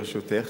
ברשותך,